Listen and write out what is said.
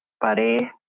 buddy